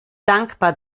dankbar